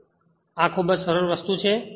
અને આ ખૂબ જ સરળ વસ્તુ છે